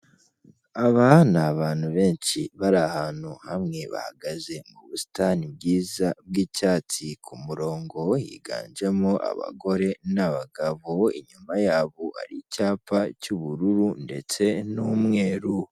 Aba ni abantu benshi bari ahantu hamwe bahagaze mu busitani bwiza bw'icyatsi ku murongo higanjemo abagore n'abagabo, inyuma yabo hari icyapa cy'ubururu ndetse n'umweru.